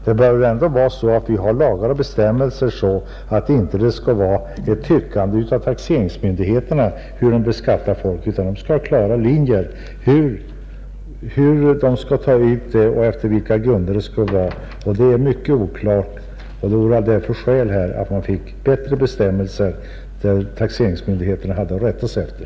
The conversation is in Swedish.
Vi bör väl ändå ha sådana lagar och bestämmelser att det inte blir fråga om ett tyckande av taxeringsmyndigheterna, utan det skall vara klara linjer för hur skatten skall tas ut. Nu är det mycket oklart, och det finns skäl för att införa bättre bestämmelser som taxeringsmyndigheterna har att rätta sig efter.